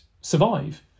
survive